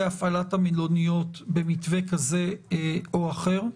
הפעלת המלוניות במתווה כזה או אחר,